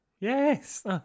Yes